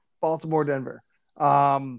Baltimore-Denver